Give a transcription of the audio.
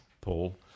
Paul